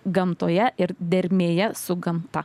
gamtoje ir dermėje su gamta